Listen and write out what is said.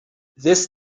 this